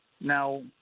Now